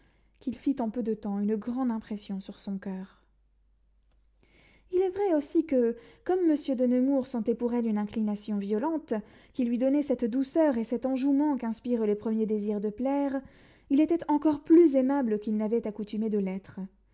qu'il fit en peu de temps une grande impression dans son coeur il est vrai aussi que comme monsieur de nemours sentait pour elle une inclination violente qui lui donnait cette douceur et cet enjouement qu'inspirent les premiers désirs de plaire il était encore plus aimable qu'il n'avait accoutumé de l'être